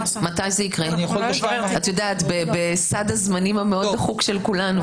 יקרה בסד הזמנים המאוד דחוק של כולנו?